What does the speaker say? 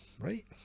right